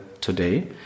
today